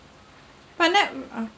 but net~ uh are